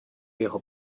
jeho